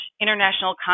international